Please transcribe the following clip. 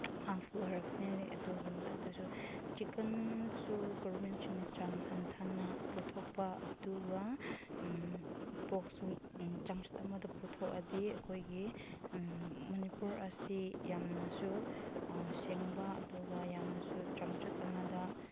harmful ꯑꯣꯏꯔꯛꯄꯅꯤ ꯑꯗꯩ ꯑꯗꯨꯒꯤ ꯃꯊꯛꯇꯁꯨ ꯆꯤꯛꯀꯟꯁꯨ ꯒꯣꯕꯔꯃꯦꯟꯁꯤꯡꯅ ꯆꯥꯡ ꯍꯟꯊꯅ ꯄꯨꯊꯣꯛꯄ ꯑꯗꯨꯒ ꯄꯣꯔꯛꯁꯨ ꯆꯥꯡꯆꯠ ꯑꯃꯗ ꯄꯨꯊꯣꯛꯑꯗꯤ ꯑꯩꯈꯣꯏꯒꯤ ꯃꯅꯤꯄꯨꯔ ꯑꯁꯤ ꯌꯥꯝꯅꯁꯨ ꯁꯦꯡꯕ ꯑꯗꯨꯒ ꯌꯥꯝꯅꯁꯨ ꯆꯥꯡꯆꯠ ꯑꯃꯗ